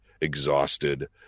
exhausted